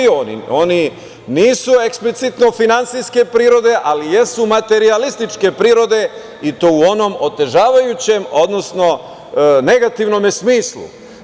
Oni nisu eksplicitno finansijske prirode, ali jesu materijalističke prirode i to u onom otežavajućem, odnosno negativnom smislu.